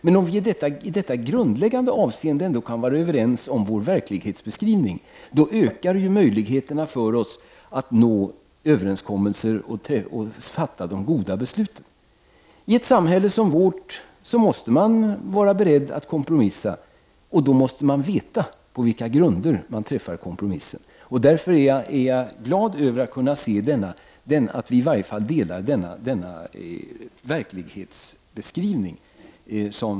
Men om vi i detta grundläggande avseende ändå kan vara överens om vår verklighetsbeskrivning ökar möjligheterna för oss att nå överenskommelser och fatta goda beslut. I ett samhälle som vårt måste man vara beredd att kompromissa. Då måste man veta på vilka grunder man träffar kompromisser. Därför är jag glad över att det har visat sig i dag att vi i varje fall delar denna verklighetsbeskrivning.